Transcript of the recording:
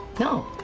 no.